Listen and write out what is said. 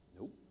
Nope